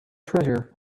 treasure